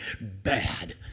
bad